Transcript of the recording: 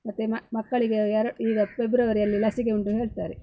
ಮತ್ತೆ ಮಕ್ಕಳಿಗೆ ಎರ ಈಗ ಫೆಬ್ರವರಿಯಲ್ಲಿ ಲಸಿಕೆ ಉಂಟು ಹೇಳ್ತಾರೆ